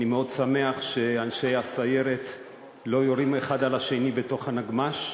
אני מאוד שמח שאנשי הסיירת לא יורים האחד על השני בתוך הנגמ"ש.